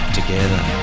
together